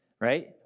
right